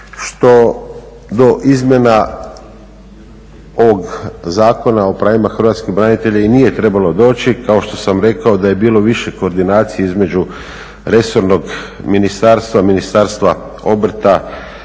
što do izmjena ovog Zakona o pravima hrvatskih branitelja i nije trebalo doći kao što sam rekao da je bilo više koordinacije između resornog ministarstva, Ministarstva obrta,